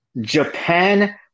Japan